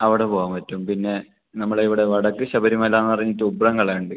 അവിടെ പോവാൻ പറ്റും പിന്നെ നമ്മളെ ഇവിടെ വടക്ക് ശബരിമല എന്ന് പറഞ്ഞ് ഉബ്രങ്ങളൊണ്ട്